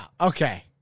Okay